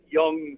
young